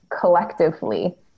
collectively